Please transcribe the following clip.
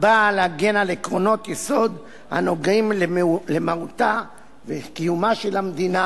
הבא להגן על עקרונות יסוד הנוגעים למהותה וקיומה של המדינה